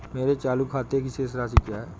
मेरे चालू खाते की शेष राशि क्या है?